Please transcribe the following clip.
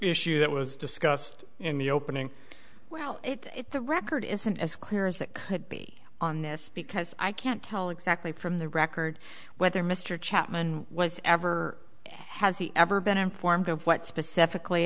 issue that was discussed in the opening well it the record isn't as clear as it could be on this because i can't tell exactly from the record whether mr chapman was ever has he ever been informed of what specifically